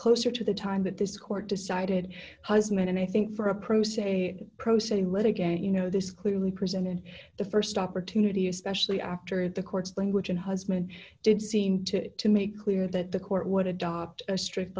closer to the time that this court decided husband and i think for a pro se pro se let again you know this clearly presented the st opportunity especially after the court's language and husband did seemed to to make clear that the court would adopt a strict